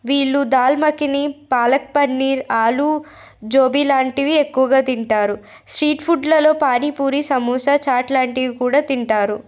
వీళ్ళు దాల్మకిని పాలక్ పన్నీర్ ఆలు జోబి లాంటివి ఎక్కువగా తింటారు స్ట్రీట్ ఫుడ్లలో పానీపూరి సమోసా చాట్ లాంటివి కూడా తింటారు